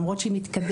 למרות שהיא מתקדמת,